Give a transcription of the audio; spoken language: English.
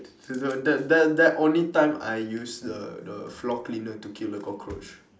it's the that that that only time I use the the floor cleaner to kill the cockroach